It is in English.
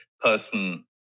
person